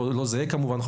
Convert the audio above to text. לא זהה כמובן,